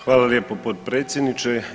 Hvala lijepo potpredsjedniče.